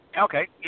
Okay